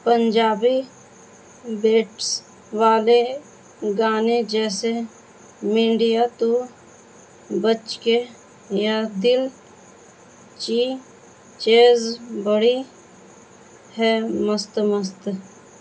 Punjabi beats والے گانے جیسے مینڈیا تو بچ کے یا دل چی چیز بڑی ہے مست مست